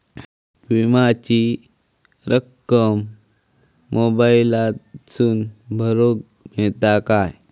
विमाची रक्कम मोबाईलातसून भरुक मेळता काय?